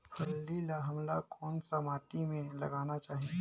फल्ली ल हमला कौन सा माटी मे लगाना चाही?